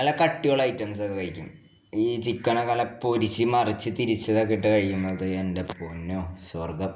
നല്ല കട്ടിയുള്ള ഐറ്റംസ് ഒക്കെ കഴിക്കും ഈ ചിക്കനൊക്കെൽ പൊരിച്ച് മറിച്ച് തിരിച്ചതൊക്കെ ഇട്ട് കഴിക്കുമ്പം അത് എൻ്റെ പൊന്നോ സ്വർഗം